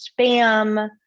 spam